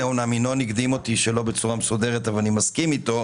אני מסכים עם ינון.